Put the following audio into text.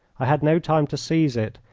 i had no time to seize it,